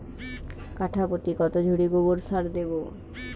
কাঠাপ্রতি কত ঝুড়ি গোবর সার দেবো?